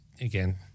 again